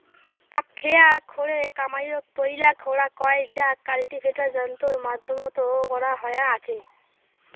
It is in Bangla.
পাকখেয়া খোরে কামাইয়ক পৈলা খোরা কয় যা কাল্টিভেটার যন্ত্রর মাধ্যমত করা হয়া আচে